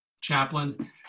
chaplain